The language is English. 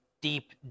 deep